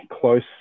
close